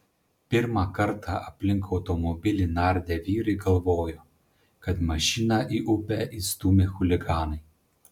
pirmą kartą aplink automobilį nardę vyrai galvojo kad mašiną į upę įstūmė chuliganai